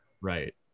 Right